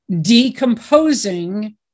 decomposing